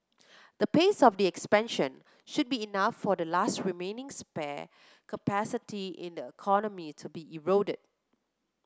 the pace of the expansion should be enough for the last remaining spare capacity in the economy to be eroded